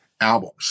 albums